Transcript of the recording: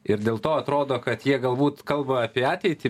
ir dėl to atrodo kad jie galbūt kalba apie ateitį